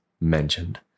mentioned